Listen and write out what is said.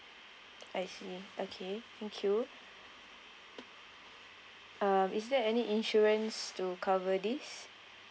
I see okay thank you uh is there any insurance to cover this